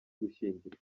gushyingirwa